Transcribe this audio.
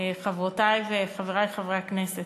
חברותי וחברי חברי הכנסת,